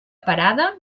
parada